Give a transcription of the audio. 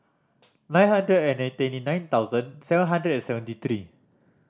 nine hundred and twenty nine thousand seven hundred and seventy three